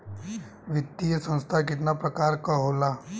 वित्तीय संस्था कितना प्रकार क होला?